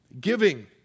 Giving